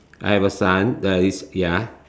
I have a son uh is ya